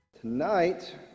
Tonight